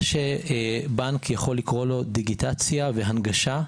מה שבנק יכול לקרוא לו "דיגיטציה" ו"הנגשה",